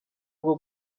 bwo